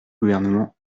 gouvernement